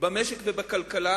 במשק ובכלכלה,